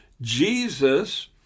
Jesus